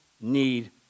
need